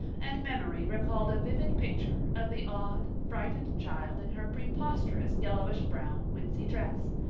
and memory recalled a vivid picture of the odd, frightened child in her preposterous yellowish-brown wincey dress,